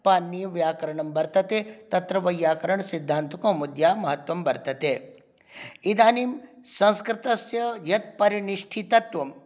पाणिनीयव्याकरणं वर्तते तत्र वैयाकरणसिद्धान्तकौमुद्यां महत्त्वं वर्तते इदानीं संस्कृतस्य यत् परिनिष्ठितत्वं